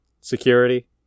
security